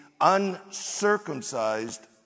uncircumcised